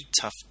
tough